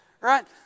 Right